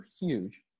huge